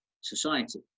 society